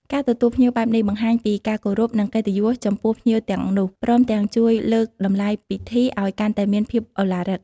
ការទទួលភ្ញៀវបែបនេះ បង្ហាញពីការគោរព និងកិត្តិយសចំពោះភ្ញៀវទាំងនោះ ព្រមទាំងជួយលើកតម្លៃពិធីឱ្យកាន់តែមានភាពឧឡារិក។